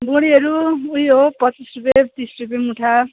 बोडीहरू उही हो पच्चिस रुपियाँ तिस रुपियाँ मुठा